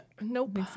Nope